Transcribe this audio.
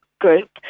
group